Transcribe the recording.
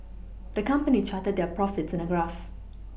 the company charted their profits in a graph